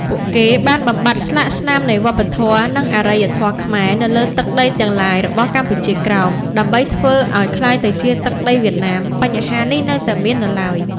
ពួកគេបានបំបាត់ស្លាកស្នាមនៃវប្បធម៌ និងអារ្យធម៌ខ្មែរ នៅលើទឹកដីទាំងឡាយ របស់កម្ពុជាក្រោម ដើម្បីធ្វើឱ្យក្លាយទៅជាទឹកដីវៀតណាម បញ្ហានេះនៅតែមាននៅឡើយ ។